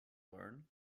learn